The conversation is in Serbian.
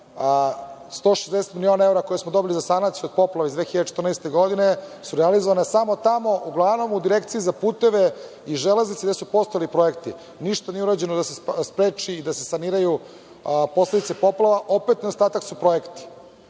160 miliona evra koje smo dobili za sanaciju od poplava iz 2014. godine su realizovana samo tamo, uglavnom, u Direkciji za puteve i železnice gde su postojali projekti. Ništa nije urađeno da se spreči, da se saniraju posledice poplava, a opet su nedostatak projekti.